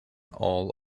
all